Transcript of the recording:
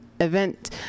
event